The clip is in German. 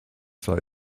sei